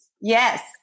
Yes